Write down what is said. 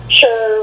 sure